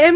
M